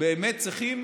באמת צריכים